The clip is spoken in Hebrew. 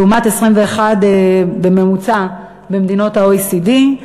לעומת 21 בממוצע במדינות ה-OECD,